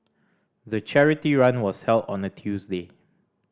the charity run was held on a Tuesday